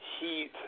heat